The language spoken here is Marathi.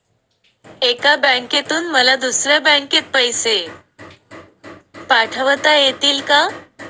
एका बँकेतून मला दुसऱ्या बँकेत पैसे पाठवता येतील का?